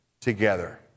together